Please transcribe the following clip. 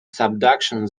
subduction